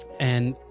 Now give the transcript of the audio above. and